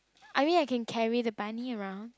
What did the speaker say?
I mean I can carry the bunny around